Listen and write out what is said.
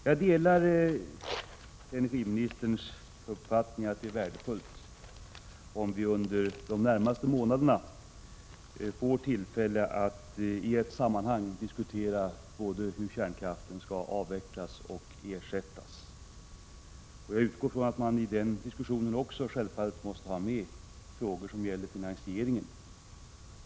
Jag delar energiministerns uppfattning att det är värdefullt om vi under de närmaste månaderna får tillfälle att i ett sammanhang diskutera både hur kärnkraften skall avvecklas och hur den skall ersättas. Jag utgår från att man i den diskussionen självfallet måste ha med frågor som gäller finansieringen.